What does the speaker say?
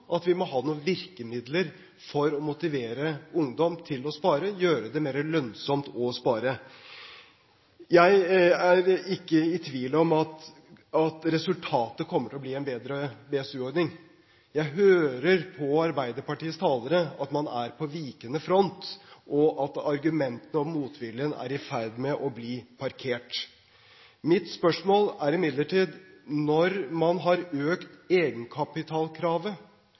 at vi må ha noen virkemidler for å motivere ungdom til å spare – gjøre det mer lønnsomt å spare. Jeg er ikke i tvil om at resultatet kommer til å bli en bedre BSU-ordning. Jeg hører på Arbeiderpartiets talere at man er på vikende front, og at argumentet og motviljen er i ferd med å bli parkert. Mitt spørsmål er imidlertid: Når man har økt egenkapitalkravet,